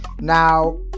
Now